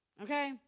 Okay